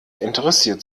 interessiert